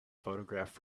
photographed